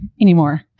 anymore